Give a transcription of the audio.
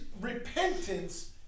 repentance